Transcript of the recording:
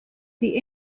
the